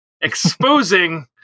exposing